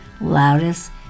loudest